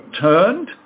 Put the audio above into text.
turned